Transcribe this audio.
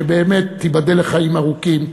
ובאמת תיבדל לחיים ארוכים,